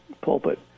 pulpit